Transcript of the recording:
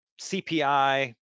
CPI